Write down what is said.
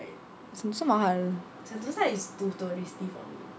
sentosa mahal